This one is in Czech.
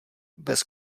bez